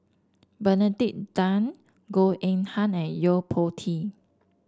Benedict Tan Goh Eng Han and Yo Po Tee